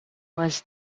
was